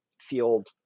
field